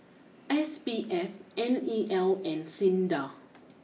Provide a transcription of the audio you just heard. S P F N E L and SINDA